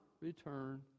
return